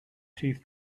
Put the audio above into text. teeth